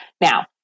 now